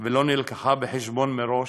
ולא הובאה בחשבון מראש.